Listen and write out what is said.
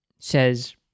Says